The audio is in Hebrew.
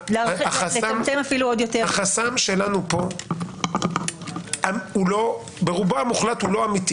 החסם שלנו פה הוא לא אמיתי